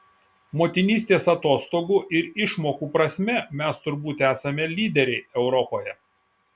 motinystės atostogų ir išmokų prasme mes turbūt esame lyderiai europoje